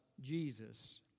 Jesus